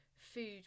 Food